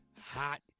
Hot